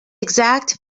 exact